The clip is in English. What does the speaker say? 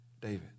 David